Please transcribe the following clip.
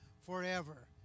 forever